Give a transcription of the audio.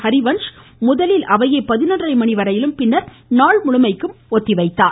ஹரிவன்ஸ் முதலில் பதினொன்றரை மணிவரையிலும் பின்னர் நாள் முழுமைக்கும் அவையை ஒத்திவைத்தார்